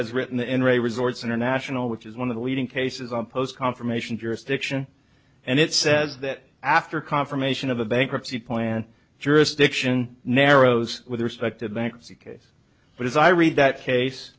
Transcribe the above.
has written in re resorts international which is one of the leading cases on post confirmation jurisdiction and it says that after confirmation of a bankruptcy plan jurisdiction narrows with respect to bankruptcy case but as i read that case